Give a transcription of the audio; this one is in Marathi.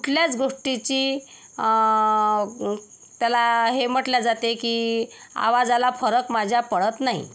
कुठल्याच गोष्टीची त्याला हे म्हटल्या जाते की आवाजाला फरक माझ्या पडत नाही